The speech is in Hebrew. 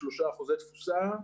83% תפוסה,